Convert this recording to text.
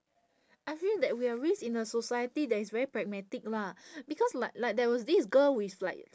I feel that we are raised in a society that is very pragmatic lah because like like there was this girl with like